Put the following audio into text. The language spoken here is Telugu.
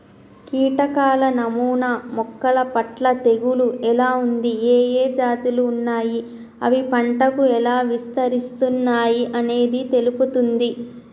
కీటకాల నమూనా మొక్కలపట్ల తెగులు ఎలా ఉంది, ఏఏ జాతులు ఉన్నాయి, అవి పంటకు ఎలా విస్తరిస్తున్నయి అనేది తెలుపుతుంది